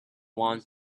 want